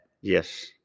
Yes